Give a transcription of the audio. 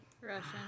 Russian